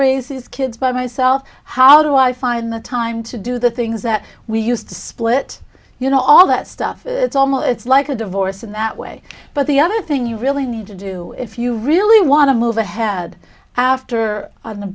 raise these kids by myself how do i find the time to do the things that we used to split you know all that stuff it's almost it's like a divorce in that way but the other thing you really need to do if you really want to move ahead how after